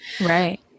Right